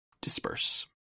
disperse